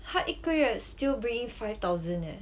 她一个月 still bring in five thousand eh